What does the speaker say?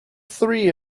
three